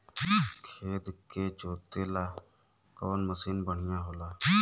खेत के जोतईला कवन मसीन बढ़ियां होला?